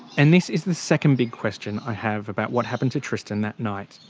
and this is the second big question i have about what happened to tristan that night.